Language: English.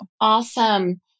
Awesome